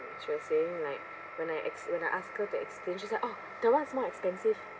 she was saying like when I ex~ when I asked her to explain she's like oh that one is more expensive